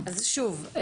אז שוב,